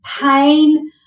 pain